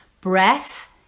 breath